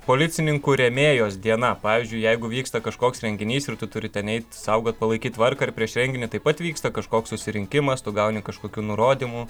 policininkų rėmėjos diena pavyzdžiui jeigu vyksta kažkoks renginys ir tu turi ten eit saugoti palaikyt tvarką ir prieš renginį taip pat vyksta kažkoks susirinkimas tu gauni kažkokių nurodymų